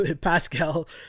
Pascal